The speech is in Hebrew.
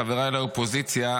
חבריי לאופוזיציה,